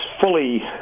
fully